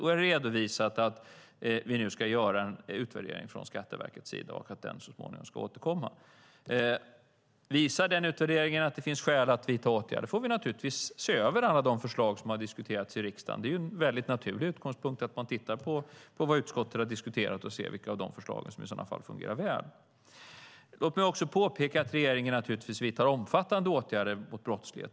Och jag har redovisat att Skatteverket ska göra en utvärdering och att den kommer så småningom. Visar den utvärderingen att det finns skäl att vidta åtgärder får vi se över alla de förslag som har diskuterats i riksdagen. Det är en naturlig utgångspunkt att man tittar på vad utskottet har diskuterat och ser vilka av de förslagen som fungerar väl. Låt mig också påpeka att regeringen naturligtvis vidtar omfattande åtgärder mot brottslighet.